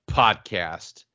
podcast